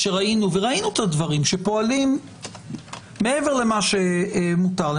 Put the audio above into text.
וראינו את הדברים שפועלים מעבר למה שמותר.